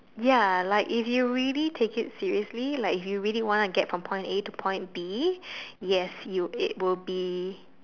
ya like if you really take it seriously like if you really want to get from point a the point B yes you it will be